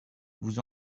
vous